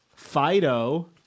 Fido